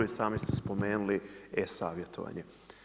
I sami ste spomenuli e savjetovanje.